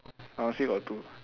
pharmacy got two